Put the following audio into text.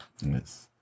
Yes